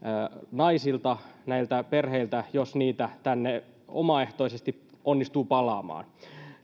naisilta näiltä perheiltä jos heitä tänne omaehtoisesti onnistuu palaamaan